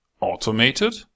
automated